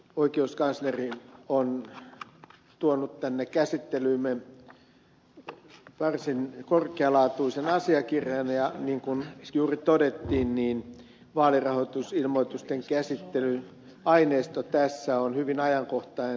oikeuskansleri on tuonut tänne käsittelyymme varsin korkealaatuisen asiakirjan ja niin kuin juuri todettiin vaalirahoitusilmoitusten käsittelyn aineisto tässä on hyvin ajankohtainen